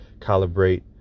calibrate